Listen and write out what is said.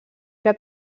que